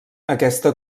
aquesta